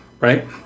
right